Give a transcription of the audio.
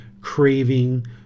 craving